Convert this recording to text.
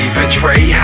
betray